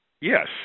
yes